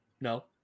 No